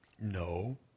No